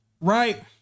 right